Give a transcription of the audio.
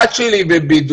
הבת שלי בבידוד